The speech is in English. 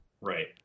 Right